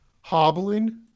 Hobbling